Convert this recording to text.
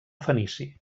fenici